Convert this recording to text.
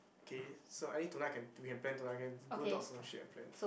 okay so I think tonight can we can plan tonight can google docs some shit and plan